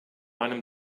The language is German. einem